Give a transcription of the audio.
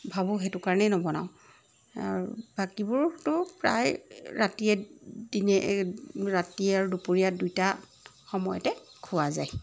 ভাবোঁ সেইটো কাৰণেই নবনাওঁ আৰু বাকীবোৰতো প্ৰায় ৰাতিয়ে দিনে ৰাতি আৰু দুপৰীয়া দুইটা সময়তে খোৱা যায়